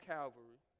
Calvary